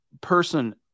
person